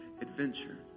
adventure